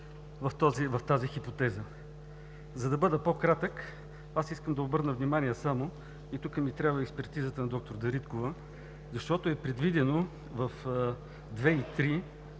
в тази хипотеза. За да бъда по-кратък, искам да обърна внимание – и тук ми трябва експертизата на доктор Дариткова, защото е предвидено в алинеи